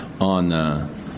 on